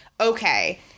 okay